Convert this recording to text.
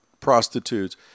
prostitutes